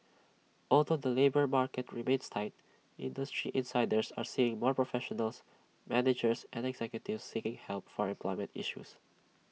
although the labour market remains tight industry insiders are seeing more professionals managers and executives seeking help for employment issues